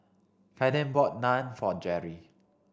Kaeden bought Naan for Jerri